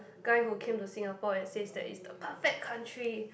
guy who came to Singapore and says that it's the perfect country